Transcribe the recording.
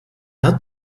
hat